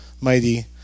mighty